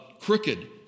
crooked